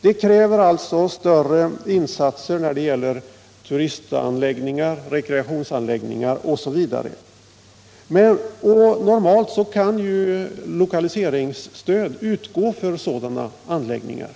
Det kräver större insatser när det gäller turistoch rekreationsanläggningar och annat. Normalt kan lokaliseringsstöd utgå för sådana anläggningar.